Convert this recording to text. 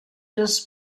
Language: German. des